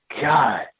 God